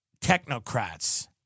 technocrats